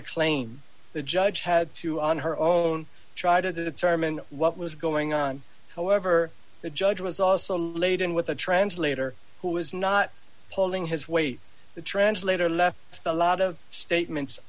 claim the judge had to on her own try to determine what was going on however the judge was also laden with a translator who was not pulling his weight the translator left a lot of statements